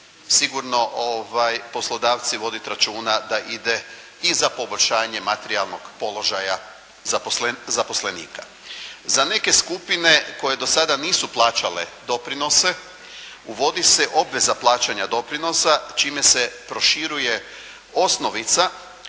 sigurno poslodavci voditi računa da ide i za poboljšanje materijalnog položaja zaposlenika. Za neke skupine koje do sada nisu plaćale doprinose uvodi se obveza plaćanja doprinosa čime se proširuje osnovica,